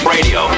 Radio